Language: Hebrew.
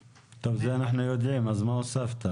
טוב, זה אנחנו יודעים, אז מה הוספת?